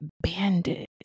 bandit